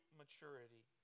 maturity